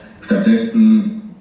Stattdessen